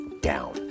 down